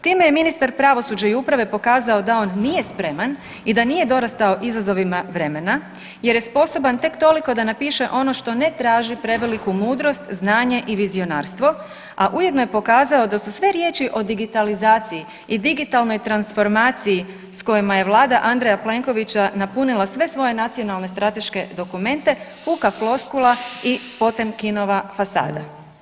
Time je ministar pravosuđa i uprave pokazao da on nije spreman i da nije dorastao izazovima vremena jer je sposoban tek toliko da napiše ono što ne traži preveliku mudrost, znanje i vizionarstvo, a ujedno je pokazao da su sve riječi o digitalizaciji i digitalnoj transformaciji s kojima je vlada Andreja Plenkovića napunila sve svoje nacionalne strateške dokumente puka floskula i potemkinova fasada.